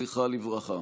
זכרה לברכה.